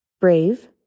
brave